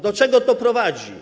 Do czego to prowadzi?